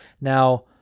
Now